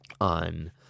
on